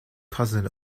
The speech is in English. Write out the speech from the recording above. cousin